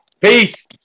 Peace